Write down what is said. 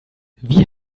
wie